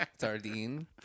sardine